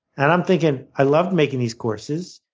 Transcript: and i'm thinking, i love making these courses.